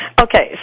Okay